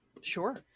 Sure